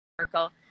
Circle